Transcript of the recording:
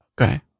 okay